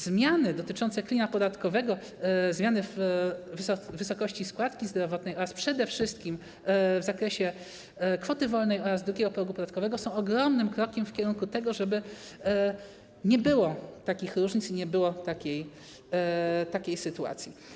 Zmiany dotyczące klina podatkowego, zmiany w wysokości składki zdrowotnej oraz przede wszystkim w zakresie kwoty wolnej oraz drugiego progu podatkowego są ogromnym krokiem w kierunku tego, żeby nie było takich różnic i nie było takiej sytuacji.